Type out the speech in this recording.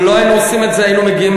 אם לא היינו עושים את זה היינו מגיעים